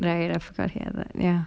right of course hear that ya